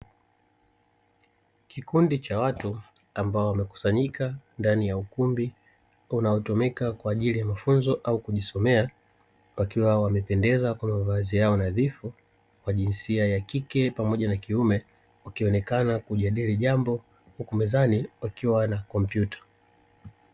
Kikundi cha watu ambao wamekusanyika ndani ya ukumbi unaotumika kwa ajili ya mafunzo au kujisomea, wakiwa wamependeza kwa mavazi yao nadhifu, kwa jinsia ya kike pamoja na kiume. Wakionekana kujadili jambo huku mezani wakiwa na kompyuta.